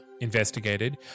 investigated